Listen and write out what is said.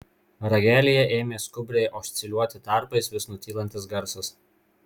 ragelyje ėmė skubriai osciliuoti tarpais vis nutylantis garsas